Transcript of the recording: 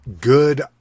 good